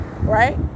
Right